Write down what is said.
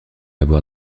avoir